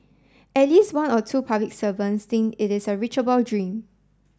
at least one or two public servant think it is a reachable dream